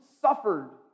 suffered